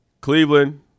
Cleveland